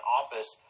office